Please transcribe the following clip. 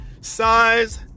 Size